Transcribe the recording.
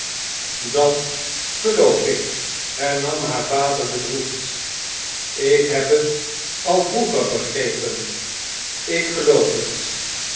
dat geloof ik hernam haar vader bedroefd ik heb het al vroeger begrepen ik geloof het